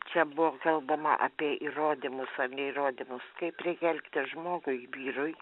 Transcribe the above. čia buvo kalbama apie įrodymus ar ne įrodymus kaip reikia elgtis žmogui vyrui